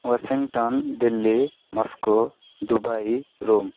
Washington Delhi Moscow Dubai Rome